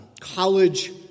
college